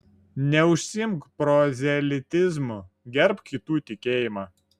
neužsiimk prozelitizmu gerbk kitų tikėjimą